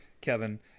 Kevin